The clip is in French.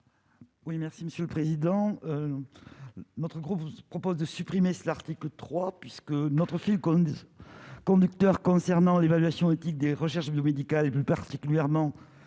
Oui, merci Monsieur le Président, notre groupe se propose de supprimer l'article 3 puisque notre Phil Condit conducteur concernant l'évaluation éthique des recherches biomédicales et plus particulièrement des cliniques réside